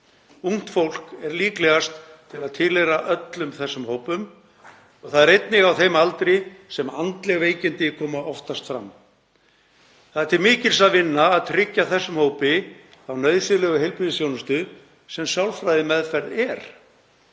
Ungt fólk er líklegast til að tilheyra öllum þessum hópum og það er einnig á þeim aldri sem andleg veikindi koma oftast fram. Það er til mikils að vinna að tryggja þessum hópi þá nauðsynlegu heilbrigðisþjónustu sem sálfræðimeðferð er.